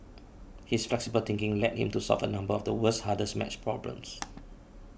his flexible thinking led him to solve a number of the world's hardest math problems